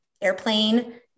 airplane